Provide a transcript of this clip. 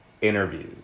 interviews